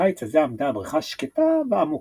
בקיץ הזה עמדה הברכה שקטה ועמקה,